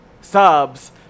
subs